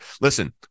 Listen